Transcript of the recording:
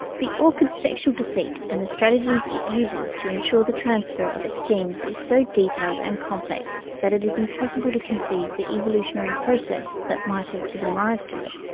the orchid's sexual deceit and the strategies uses to ensure the transfer of its genes is so detailed and complex that it is impossible to conceive the evolutionary process that might have given rise to it.